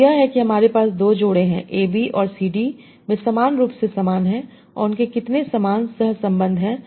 तो यह है कि हमारे पास 2 जोड़े हैं a b और c d वे समान रूप से समान हैं जो उनके कितने समान सह संबंध हैं